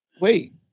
wait